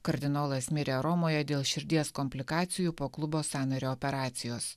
kardinolas mirė romoje dėl širdies komplikacijų po klubo sąnario operacijos